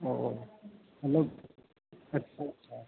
ओ hello अच्छा अच्छा